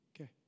Okay